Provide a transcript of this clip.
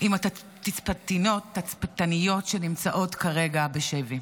עם התצפיתניות שנמצאות כרגע בשבי.